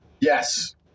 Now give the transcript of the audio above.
Yes